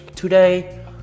Today